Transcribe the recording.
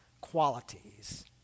qualities